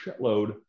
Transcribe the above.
shitload